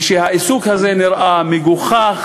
העיסוק הזה נראה מגוחך,